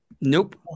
Nope